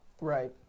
Right